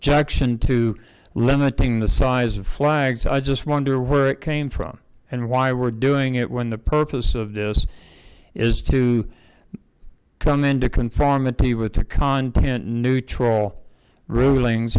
junction to limiting the size of flags i just wonder where it came from and why we're doing it when the purpose of this is to come into conformity with the content neutral rulings